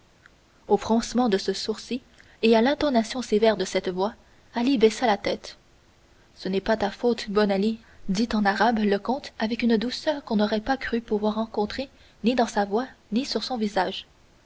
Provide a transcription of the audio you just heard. au froncement de sourcil et à l'intonation sévère de cette voix ali baissa la tête ce n'est pas ta faute bon ali dit en arabe le comte avec une douceur qu'on n'aurait pas cru pouvoir rencontrer ni dans sa voix ni sur son visage